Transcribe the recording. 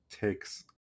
takes